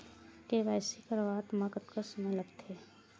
KYC करवात म कतका समय लगथे?